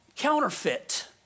counterfeit